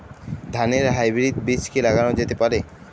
ধানের হাইব্রীড বীজ কি লাগানো যেতে পারে?